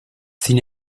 sin